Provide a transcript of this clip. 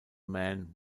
man